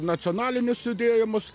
nacionalinius judėjimus